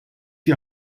die